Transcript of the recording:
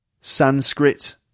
Sanskrit